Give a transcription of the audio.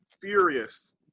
furious